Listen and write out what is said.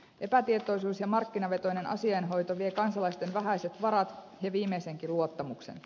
epätietoisuus ja markkinavetoinen asiainhoito vie kansalaisten vähäiset varat ja viimeisenkin luottamuksen